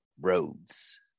Roads